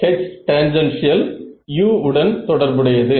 H tangential u உடன் தொடர்புடையது